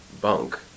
bunk